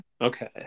Okay